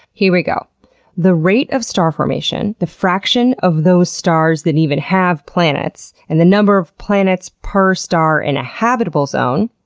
here we go the rate of star formation, the fraction of those stars that even have planets, and the number of planets per star in a habitable zone,